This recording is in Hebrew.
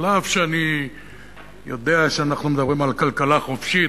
אף שאני יודע שאנחנו מדברים על כלכלה חופשית,